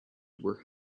where